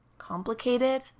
complicated